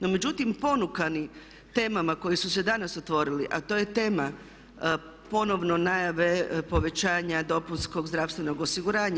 No međutim, ponukani temama koje su se danas otvorile, a to je tema ponovno najave povećanja dopunskog zdravstvenog osiguranja.